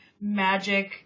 magic